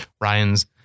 Ryan's